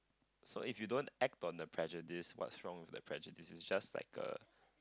so if you don't act on the prejudice what's wrong with the prejudice is just like a